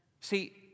See